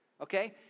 Okay